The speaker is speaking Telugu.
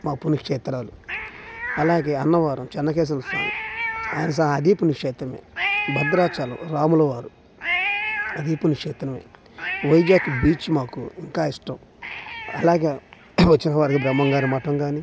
మా పుణ్యక్షేత్రాలు అలాగే అన్నవరం చెన్నకేశవుల స్వామి ఆయన స అదీ పుణ్యక్షేత్రమే భద్రాచలం రాములవారు అదీ పుణ్యక్షేత్రమే వైజాగ్ బీచ్ మాకు ఇంకా ఇష్టం అలాగా వచ్చినవారికి బ్రహ్మంగారిమఠం కానీ